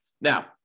Now